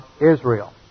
Israel